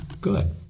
good